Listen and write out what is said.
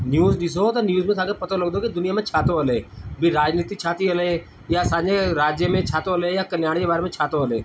news ॾिसो त news में असांखे पतो लॻंदो कि दुनिया में छा थो हले भई राजनीति छा थी हले या असांजे राज्य में छा थो हले या कल्याण जे बारे में छा थो हले